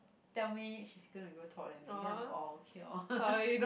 tell me she's gonna grow taller than me then I'm orh okay orh